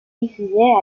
diffusées